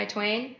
Twain